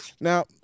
now